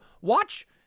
watch